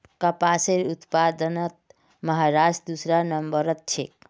कपासेर उत्पादनत महाराष्ट्र दूसरा नंबरत छेक